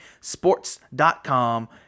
sports.com